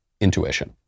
intuition